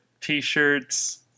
T-shirts